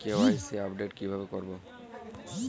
KYC update কিভাবে করবো?